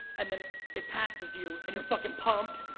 and then it passes you and you're fucking pumped,